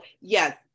yes